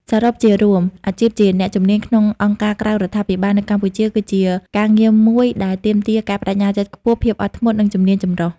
សរុបជារួម អាជីពជាអ្នកជំនាញក្នុងអង្គការក្រៅរដ្ឋាភិបាល នៅកម្ពុជា គឺជាការងារមួយដែល ទាមទារការប្តេជ្ញាចិត្តខ្ពស់ ភាពអត់ធ្មត់ និងជំនាញចម្រុះ ។